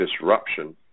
disruption